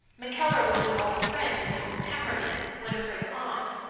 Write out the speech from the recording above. mackeller was an old friend of mrs. pemberton, winifred's aunt.